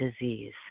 disease